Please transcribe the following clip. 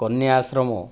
କନ୍ୟା ଆଶ୍ରମ